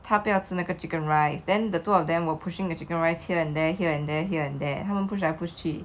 他不要吃那个 chicken rice then the two of them were pushing the chicken rice here and there here and there here and there 他们 push 来 push 去